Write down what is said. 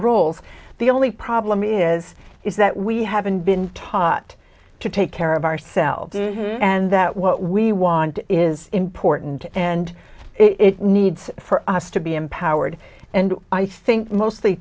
roles the only problem is is that we haven't been taught to take care of ourselves and that what we want is important and it needs for us to be empowered and i think mostly